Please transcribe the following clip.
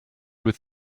with